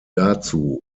dazu